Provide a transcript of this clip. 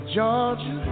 Georgia